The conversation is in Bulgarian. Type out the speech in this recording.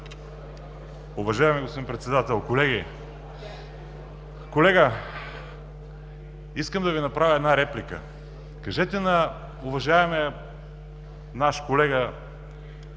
Уважаеми господин Председател, колеги! Колега, искам да Ви направя една реплика. Кажете на уважаемия наш колега,